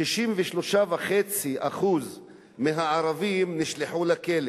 63.5% מהערבים נשלחו לכלא,